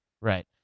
Right